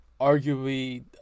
arguably